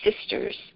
sisters